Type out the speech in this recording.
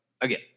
again